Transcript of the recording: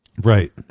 right